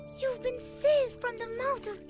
you have been saved from the mouth